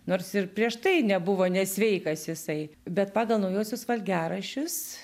nors ir prieš tai nebuvo nesveikas jisai bet pagal naujuosius valgiaraščius